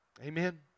Amen